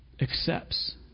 accepts